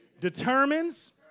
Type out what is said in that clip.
determines